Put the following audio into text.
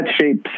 shapes